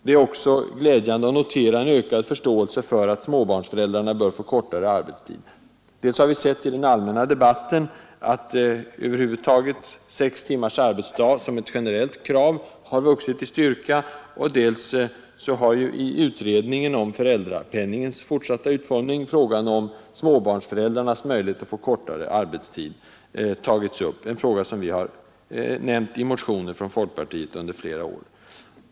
Det är också roligt att kunna notera en ökad förståelse för att småbarnsföräldrarna bör få kortare arbetstid. Dels har vi sett i den allmänna debatten att det generella kravet på sex timmars arbetsdag har vuxit i styrka, dels har frågan om småbarnsföräldrarnas möjlighet att få kortare arbetstid tagits upp i utredningen om föräldrapenningens fortsatta utformning — en fråga som vi har fört fram i motioner från folkpartiet under flera år.